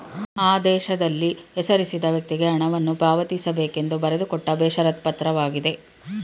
ಆದೇಶದಲ್ಲಿ ಹೆಸರಿಸಿದ ವ್ಯಕ್ತಿಗೆ ಹಣವನ್ನು ಪಾವತಿಸಬೇಕೆಂದು ಬರೆದುಕೊಟ್ಟ ಬೇಷರತ್ ಪತ್ರವಾಗಿದೆ